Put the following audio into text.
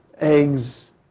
Eggs